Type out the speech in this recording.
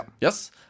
Yes